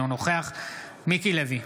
אינו נוכח מיקי לוי,